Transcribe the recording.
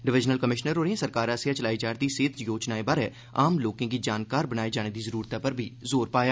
divisional commissioner होरें सरकार आसेआ चलाई जा'रदी सेह्त योजनाएं बारै आम लोकें गी जानकार बनाए जाने दी जरूरतै पर जोर पाया